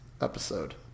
episode